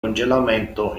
congelamento